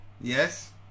Yes